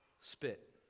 spit